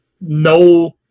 no